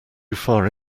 far